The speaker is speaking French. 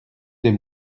des